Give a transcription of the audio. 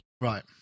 Right